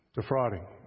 Defrauding